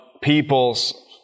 peoples